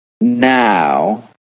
now